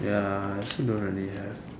ya I also don't really have